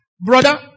Brother